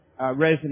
resonate